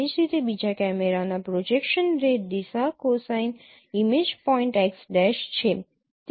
એ જ રીતે બીજા કેમેરાના પ્રોજેક્શન રે દિશા કોસાઇન ઇમેજ પોઇન્ટ x' છે